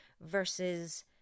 versus